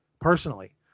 personally